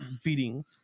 feeding